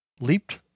leaped